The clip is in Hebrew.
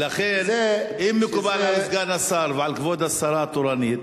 אם מקובל על סגן השר ועל כבוד השרה התורנית